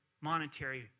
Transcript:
monetary